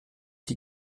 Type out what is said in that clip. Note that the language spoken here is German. die